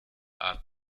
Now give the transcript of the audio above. art